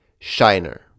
Shiner